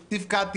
תפקדתי,